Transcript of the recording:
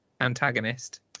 antagonist